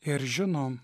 ir žino